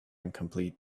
incomplete